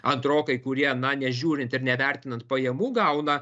antrokai kurie na nežiūrint ir nevertinant pajamų gauna